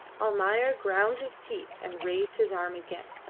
almayer ground his teeth and raised his arm again.